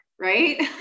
right